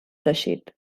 teixit